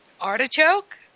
artichoke